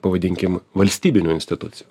pavadinkim valstybinių institucijų